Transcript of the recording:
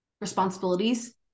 responsibilities